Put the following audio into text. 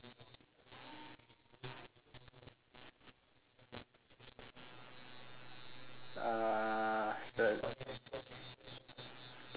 ah sa~